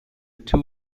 two